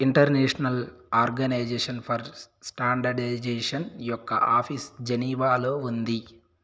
international organisation for standardisation యొక్క office జెనీవాలో ఉంది